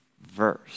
verse